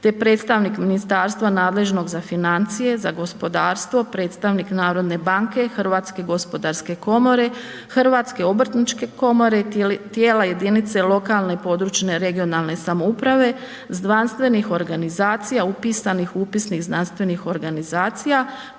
te predstavnik ministarstva nadležnog za financije, za gospodarstvo, predstavnik narodne banke, Hrvatske gospodarske komore, Hrvatske obrtničke komore, tijela jedinice lokalne i područne (regionalne) samouprave, znanstvenih organizacija upisanih u upisnik znanstvenih organizacija,